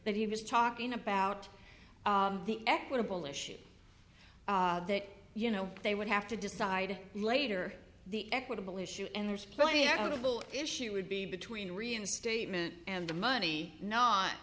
that he was talking about the equitable issue that you know they would have to decide later the equitable issue and there's plenty of notable issues would be between reinstatement and the money no